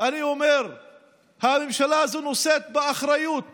אני אומר שהממשלה הזאת נושאת באחריות